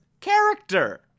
character